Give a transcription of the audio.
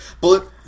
bullet